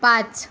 पाच